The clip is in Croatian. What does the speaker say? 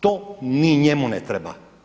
To ni njemu ne treba.